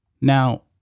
Now